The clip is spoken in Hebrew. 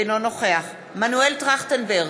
אינו נוכח מנואל טרכטנברג,